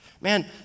Man